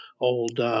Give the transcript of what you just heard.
old